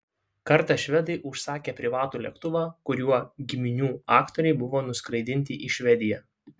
kartą švedai užsakė privatų lėktuvą kuriuo giminių aktoriai buvo nuskraidinti į švediją